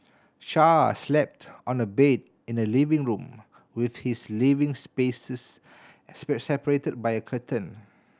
char slept on the bed in the living room with his living spaces a separated by a curtain